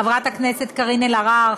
חברת הכנסת קארין אלהרר,